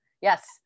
yes